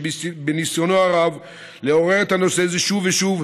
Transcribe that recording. על ניסיונו הרב לעורר את הנושא הזה שוב ושוב.